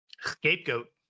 scapegoat